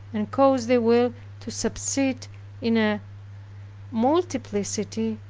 and cause the will to subsist in a multiplicity,